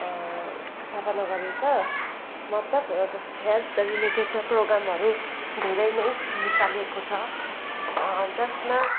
स्थापना गरेको छ मतलब हेत् हेल्थ रिलेटेड प्रोग्रामहरू धेरै नै निकालिएको छ जसमा